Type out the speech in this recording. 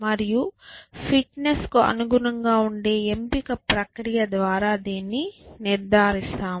మరియు ఫిట్నెస్కు అనుగుణంగా ఉండే ఎంపిక ప్రక్రియ ద్వారా దీన్ని నిర్దారిస్తాము